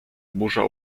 burza